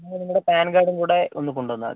പിന്നെ നിങ്ങളുടെ പാൻകാർഡും കൂടെ ഒന്ന് കൊണ്ടു വന്നാൽ മതി